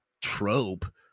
trope